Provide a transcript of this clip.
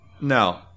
No